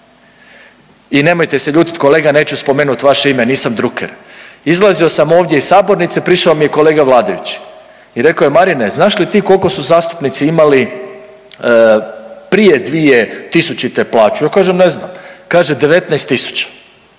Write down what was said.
i nemojte se ljutiti, kolega, neću spomenuti vaše ime, nisam druker. Izlazio sam ovdje iz sabornice, prišao mi je kolega vladajući i rekao je, Marine, znaš li ti koliko su zastupnici imali prije 2000. plaću? Ja kažem ne znam. Kaže 19 tisuća